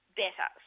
better